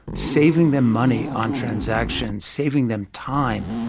saving them money on transactions, saving them time,